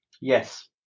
Yes